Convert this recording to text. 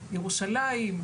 ירושלים,